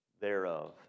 thereof